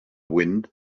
wind